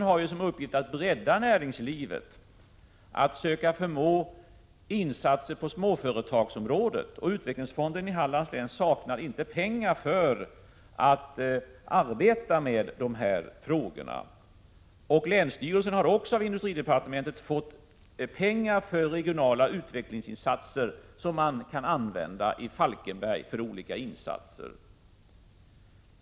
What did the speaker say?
Den har ju till uppgift att bredda näringslivet, att söka få till stånd insatser på småföretagsområdet. Utvecklingsfonden i Hallands län saknar inte pengar för att arbeta med dessa frågor. Länsstyrelsen har av industridepartementet också fått pengar för regionala utvecklingsinsatser, och dessa pengar kan användas för olika ändamål i Falkenberg.